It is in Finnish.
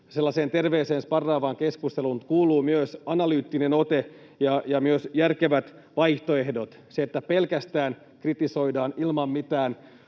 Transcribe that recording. sellaiseen terveeseen, sparraavaan keskusteluun kuuluu myös analyyttinen ote ja järkevät vaihtoehdot. Se, että pelkästään kritisoidaan ilman